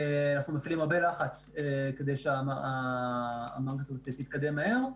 אנחנו מפעילים הרבה לחץ כדי שהמערכת תתקדם מהר.